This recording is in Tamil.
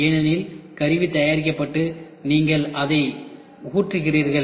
ஏனெனில் கருவி தயாரிக்கப்பட்டு நீங்கள் அதை ஊற்றுகிறீர்கள்